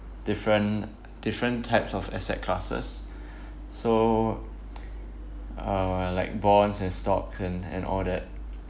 different different types of asset classes so uh like bonds and stocks and and all that